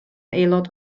aelod